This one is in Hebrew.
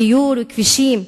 דיור וכבישים.